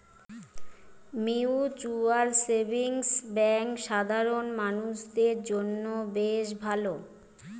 mutual savings bank সাধারণ মানুষদের জন্য বেশ ভালো